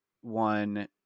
one